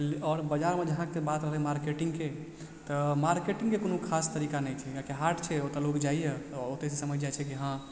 आओर बाजारमे जहाँके बात रहलै मार्केटिंगके तऽ मार्केटिंगके कोनो खास तरीका नहि छै किएकि हाट छै ओतऽ लोग जाइ यऽ आ ओतैसँ समझि जाइ छै कि हँ